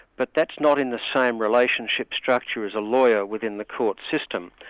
but that's not in the same relationship structure as a lawyer within the court system.